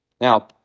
Now